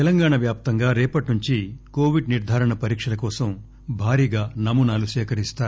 తెలంగాణ వ్యాప్తంగా రేపటి నుంచి కోవిడ్ నిర్దారణ పరీక్షల కోసం భారీగా నమూనాలు సేకరిస్తారు